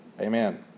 Amen